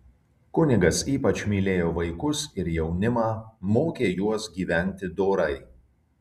kunigas ypač mylėjo vaikus ir jaunimą mokė juos gyventi dorai